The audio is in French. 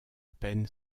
peine